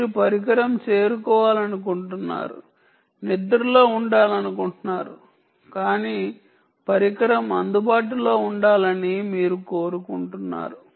మీరు పరికరం చేరుకోవాలనుకుంటున్నారు నిద్రలో ఉండాలనుకుంటున్నారు కానీ పరికరం అందుబాటులో ఉండాలని మీరు కోరుకుంటున్నారు